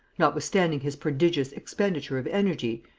notwithstanding his prodigious expenditure of energy,